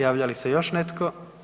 Javlja li se još netko.